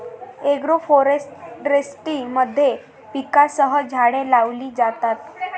agroforestry मध्ये पिकांसह झाडे लावली जातात